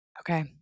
Okay